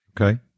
okay